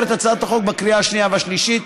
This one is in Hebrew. את הצעת החוק בקריאה השנייה והשלישית.